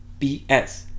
BS